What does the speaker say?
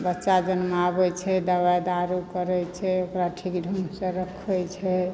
बच्चा जन्माबै छै दबाइ दारू करै छै ओकरा ठीक ढङ्गसँ रखै छै